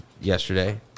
yesterday